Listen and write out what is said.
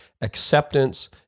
acceptance